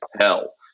hell